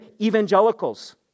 evangelicals